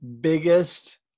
biggest